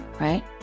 right